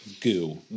Goo